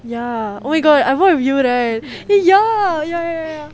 ya oh my god I bought with you right ya ya ya ya